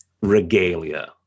regalia